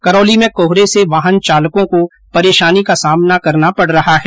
करौली में कोहरे से वाहन चालकों को परेशानी का सामना करना पड रहा है